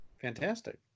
fantastic